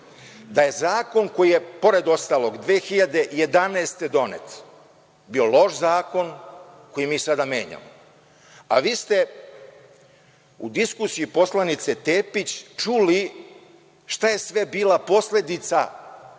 Da je zakon koji je, pored ostalog, 2011. godine donet bio loš zakon koji mi sada menjamo, a vi ste u diskusiji poslanice Tepić čuli šta je sve bila posledica